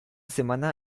semana